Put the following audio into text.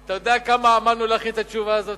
אתה יודע כמה עמלנו להכין את התשובה הזאת,